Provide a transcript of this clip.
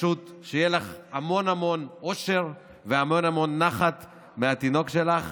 פשוט שיהיה לך המון המון אושר והמון המון נחת מהתינוק שלך